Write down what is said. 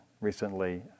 recently